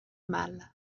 mal